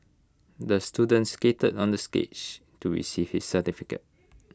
the student skated onto the stage to receive his certificate